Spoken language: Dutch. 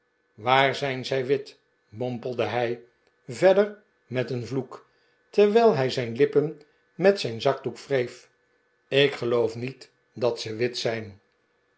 waar zijn zij wit mompelde hij verder met een vloek terwijl hij zijn lippen met zijn zakdoek wreef ik geloof niet dat ze wit zijn